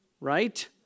Right